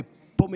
פה,